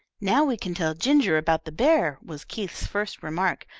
now we can tell ginger about the bear, was keith's first remark,